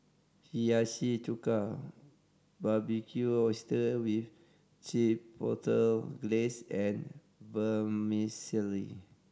Hiyashi Chuka Barbecued Oyster with Chipotle Glaze and Vermicelli